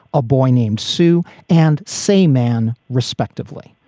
a boy named sue and same man, respectively.